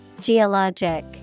Geologic